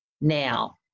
now